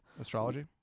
Astrology